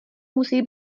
musí